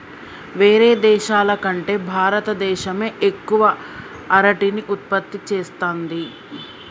వేరే దేశాల కంటే భారత దేశమే ఎక్కువ అరటిని ఉత్పత్తి చేస్తంది